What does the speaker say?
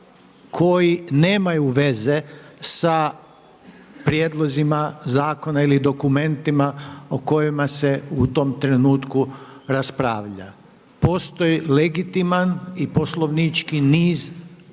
koji nemaju veze sa prijedlozima zakona ili dokumentima o kojima se u tom trenutku raspravlja. Postoji legitiman i poslovnički niz načina